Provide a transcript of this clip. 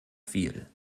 viel